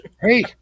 Hey